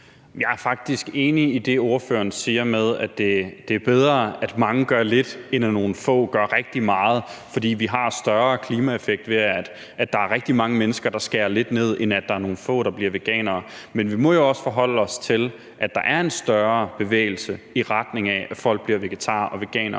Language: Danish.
enig i det, ordføreren siger, med, at det er bedre, at mange gør lidt, end at nogle få gør rigtig meget, for vi har større klimaeffekt ved, at der er rigtig mange mennesker, der skærer lidt ned, end at der er nogle få, der bliver veganere. Men vi må jo også forholde os til, at der er en større bevægelse, i retning af at folk bliver vegetarer og veganere,